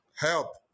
Help